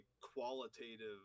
qualitative